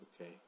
okay